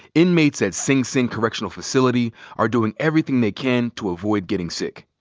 inmates at sing sing correctional facility are doing everything they can to avoid getting sick.